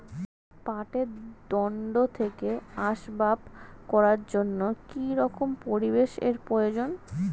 পাটের দণ্ড থেকে আসবাব করার জন্য কি রকম পরিবেশ এর প্রয়োজন?